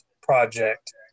project